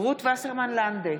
רות וסרמן לנדה,